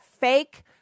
fake